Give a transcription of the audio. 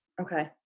Okay